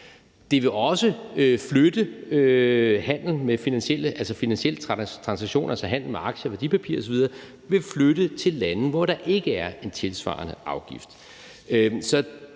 Det vil også flytte finansielle transaktioner, altså handel med aktier og værdipapirer osv., til lande, hvor der ikke er en tilsvarende afgift.